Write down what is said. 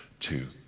two,